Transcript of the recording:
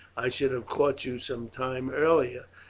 i should have caught you some time earlier,